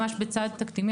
ממש בצעד תקדימי,